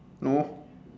no